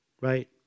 right